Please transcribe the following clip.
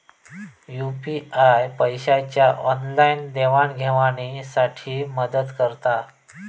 UPI पैशाच्या online देवाणघेवाणी साठी मदत करता